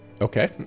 Okay